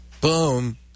Boom